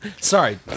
Sorry